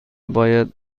باید